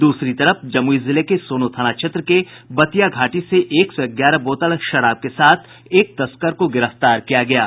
दूसरी तरफ जमुई जिले के सोनो थाना क्षेत्र के बतियाघाटी से एक सौ ग्यारह बोतल शराब के साथ एक तस्कर को गिरफ्तार किया गया है